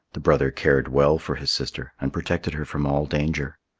the brother cared well for his sister and protected her from all danger.